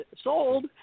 sold